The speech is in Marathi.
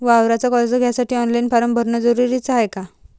वावराच कर्ज घ्यासाठी ऑनलाईन फारम भरन जरुरीच हाय का?